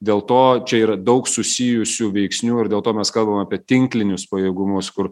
dėl to čia yra daug susijusių veiksnių ir dėl to mes kalbam apie tinklinius pajėgumus kur